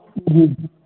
ꯎꯝ